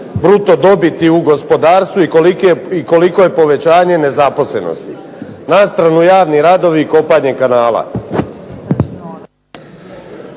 bruto dobiti u gospodarstvu i koliko je povećanje nezaposlenosti. Na stranu javni radovi i kopanje kanala.